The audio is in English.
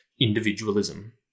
individualism